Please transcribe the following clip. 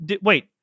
Wait